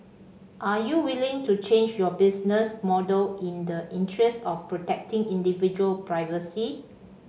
are you willing to change your business model in the interest of protecting individual privacy